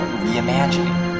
reimagining